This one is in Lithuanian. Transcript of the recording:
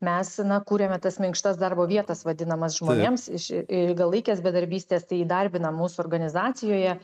mes na kuriame tas minkštas darbo vietas vadinamas žmonėms iš ilgalaikės bedarbystės tai įdarbinam mūsų organizacijoje